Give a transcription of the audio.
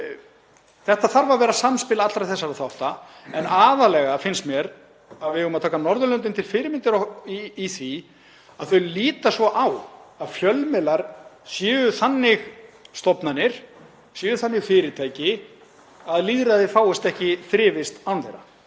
Þetta þarf að vera samspil allra þessara þátta en aðallega finnst mér að við eigum að taka Norðurlöndin til fyrirmyndar í því að þau líta svo á að fjölmiðlar séu þannig stofnanir, séu þannig fyrirtæki að lýðræðið fáist ekki þrifist án